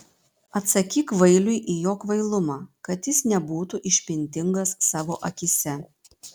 atsakyk kvailiui į jo kvailumą kad jis nebūtų išmintingas savo akyse